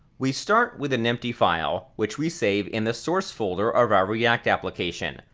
we start with an empty file, which we save in the source folder of our react application.